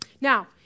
Now